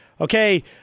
okay